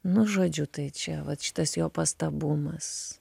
nu žodžiu tai čia vat šitas jo pastabumas